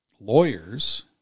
lawyers